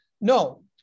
No